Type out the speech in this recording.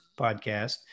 podcast